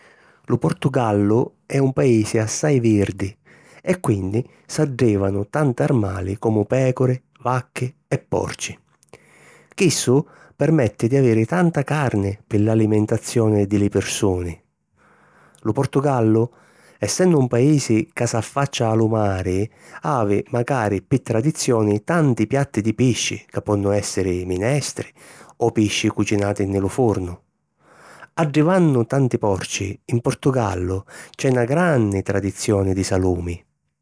Lu Portugallu è un paisi assai virdi e quinni s'addèvanu tant'armali comu pècuri, vacchi e porci. Chissu permetti di aviri tanta carni pi l'alimentazioni di li pirsuni. Lu Portugallu, essennu un paisi ca s'affaccia a lu mari, havi macari pi tradizioni tanti piatti di pisci ca ponnu èssiri minestri o pisci cucinati nni lu furnu. Addivannu tanti porci, in Portugallu c’è na granni tradizioni di salumi.